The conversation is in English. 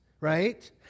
right